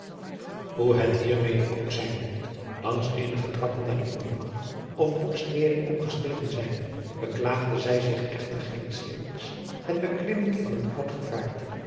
oe het hier mede ook zijn mogt langs eenige trappen naar den omgang of borstwering opgestegen zijnde beklaagde zij zich echter geenszins het beklimmen van het oud gevaarte